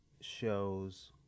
shows